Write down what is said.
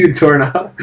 and torn up?